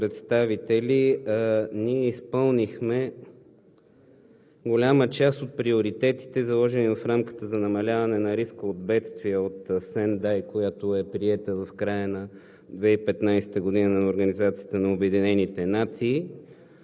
В рамките на този мандат, уважаеми народни представители, ние изпълнихме голяма част от приоритетите, заложени в Рамката на ООН за намаляване на риска от бедствия от Сендай, приета в края на 2015 г.